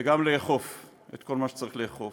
וגם לאכוף את כל מה שצריך לאכוף,